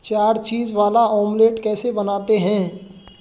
चार चीज़ वाला ऑमलेट कैसे बनाते हैं